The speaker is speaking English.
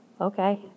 okay